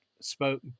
spoke